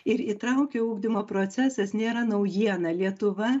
ir įtraukiojo ugdymo procesas nėra naujiena lietuva